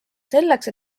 selleks